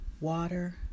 water